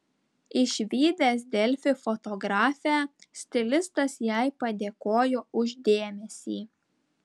išvydęs delfi fotografę stilistas jai padėkojo už dėmesį